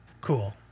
Cool